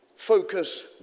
Focus